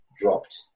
dropped